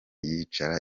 yicara